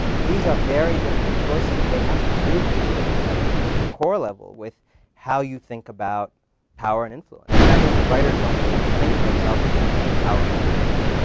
these are very different choices and they have to do, at the at the core level, with how you think about power and influence. and i think writers don't tend to think of themselves in terms of power and influence,